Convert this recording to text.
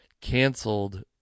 canceled